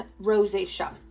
rosacea